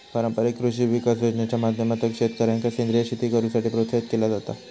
पारंपारिक कृषी विकास योजनेच्या माध्यमातना शेतकऱ्यांका सेंद्रीय शेती करुसाठी प्रोत्साहित केला जाता